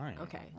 Okay